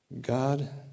God